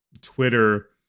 Twitter